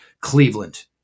Cleveland